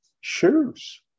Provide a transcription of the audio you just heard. shoes